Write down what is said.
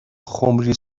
خمری